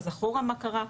אז אחורה מה קרה,